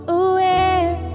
aware